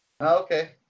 Okay